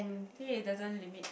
think it doesn't limit